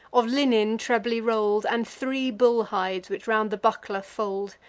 of linen trebly roll'd, and three bull hides which round the buckler fold.